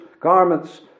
garments